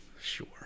Sure